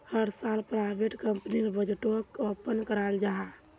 हर साल प्राइवेट कंपनीर बजटोक ओपन कराल जाहा